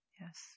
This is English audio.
Yes